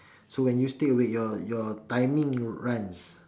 so when you stay awake your your timing runs